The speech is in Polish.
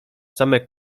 same